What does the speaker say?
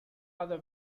other